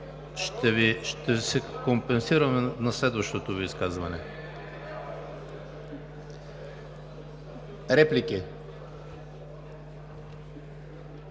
Ще Ви компенсирам на следващото Ви изказване. Реплики